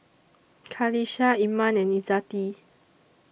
Qalisha Iman and Izzati